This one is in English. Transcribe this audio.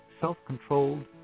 self-controlled